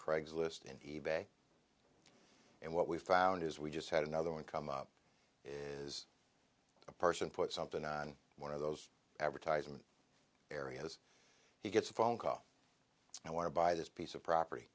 craigslist and e bay and what we found is we just had another one come up is a person put something on one of those advertisement areas he gets a phone call i want to buy this piece of property